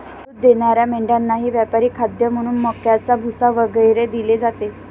दूध देणाऱ्या मेंढ्यांनाही व्यापारी खाद्य म्हणून मक्याचा भुसा वगैरे दिले जाते